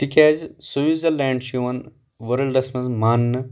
تِکیازِ سوئٹزرلینڈ چھُ یِوان ورلڈس منٛز ماننہٕ